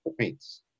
points